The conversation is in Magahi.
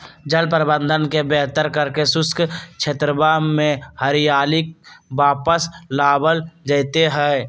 जल प्रबंधन के बेहतर करके शुष्क क्षेत्रवा में हरियाली वापस लावल जयते हई